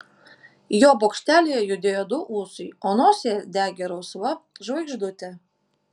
jo bokštelyje judėjo du ūsai o nosyje degė rausva žvaigždutė